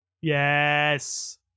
Yes